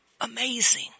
amazing